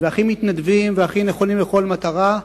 הכי מתנדבים והכי נכונים לכל מטרה.